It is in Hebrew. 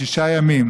שישה ימים,